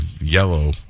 yellow